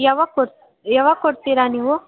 ಯಾವಾಗ ಕೊಡು ಯಾವಾಗ ಕೊಡ್ತೀರಾ ನೀವು